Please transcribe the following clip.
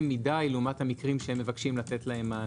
מדיי לעומת המקרים שהם מבקשים לתת להם מענה.